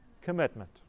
commitment